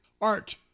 art